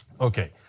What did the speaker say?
Okay